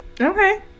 okay